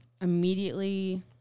Immediately